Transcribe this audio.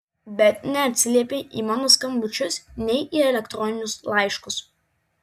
bet neatsiliepei į mano skambučius nei į elektroninius laiškus